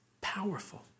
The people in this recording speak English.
Powerful